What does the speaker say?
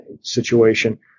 situation